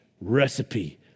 recipe